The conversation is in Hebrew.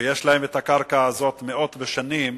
יש להם הקרקע הזאת מאות בשנים,